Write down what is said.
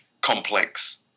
complex